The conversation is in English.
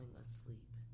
asleep